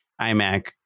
iMac